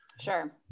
Sure